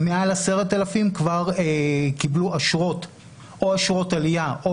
מעל 10,000 כבר קיבלו או אשרות עלייה או